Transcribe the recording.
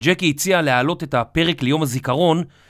ג'קי הציע להעלות את הפרק ליום הזיכרון